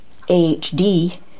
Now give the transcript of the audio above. AHD